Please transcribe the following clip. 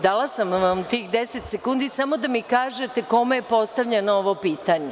Dala sam vam tih 10 sekundi samo da mi kažete kome je postavljeno ovo pitanje.